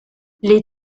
les